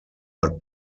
are